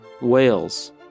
Wales